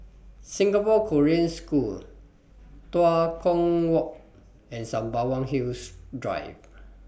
Singapore Korean School Tua Kong Walk and Sembawang Hills Drive